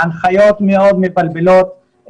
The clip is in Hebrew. ההנחיות מאוד מבלבלות,